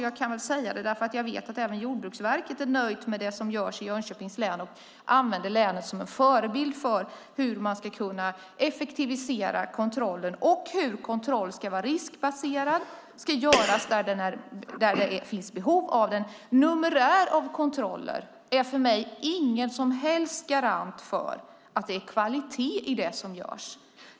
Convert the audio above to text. Jag kan säga detta därför att jag vet att även de på Jordbruksverket är nöjda med det som görs i Jönköpings län och använder det länet som en förebild för hur man kan effektivisera kontrollen. Kontrollen ska dessutom vara riskbaserad och göras där det finns ett behov av kontroll. Numerären kontroller är för mig ingen som helst garanti för att det är kvalitet i det som görs.